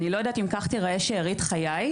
אני לא יודעת אם כך תיראה שארית חיי.